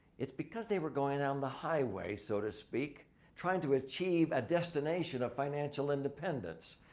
it's because they were going down the highway so to speak trying to achieve a destination of financial independence.